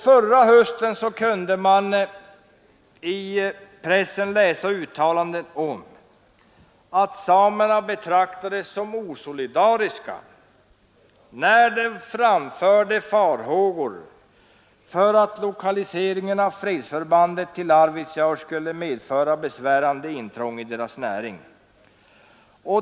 Förra hösten kunde man i pressen läsa uttalanden om att samerna betraktades som osolidariska när de framförde farhågor för att lokaliseringen av fredsförbandet till Arvidsjaur skulle medföra besvärande intrång i deras näring.